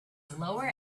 lower